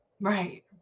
Right